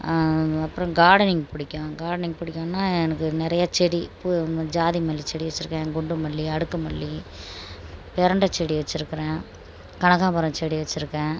அப்புறம் கார்டனிங் பிடிக்கும் கார்டனிங் பிடிக்கும்னா எனக்கு நிறையா செடி பூ ஜாதி மல்லி செடி வச்சுருக்கேன் குண்டு மல்லி அடுக்கு மல்லி பிரண்டை செடி வச்சுருக்குறேன் கனகாம்பரம் செடி வச்சுருக்கேன்